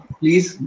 please